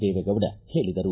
ದೇವೇಗೌಡ ಹೇಳಿದರು